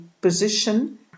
position